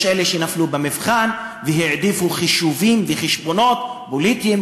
יש כאלה שנפלו במבחן והעדיפו חישובים וחשבונות פוליטיים,